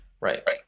Right